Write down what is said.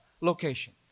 location